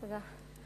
תודה.